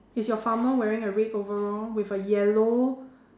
is your farmer wearing a red overall with a yellow